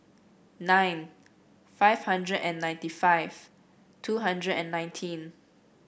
nine five hundred and ninety five two hundred and nineteen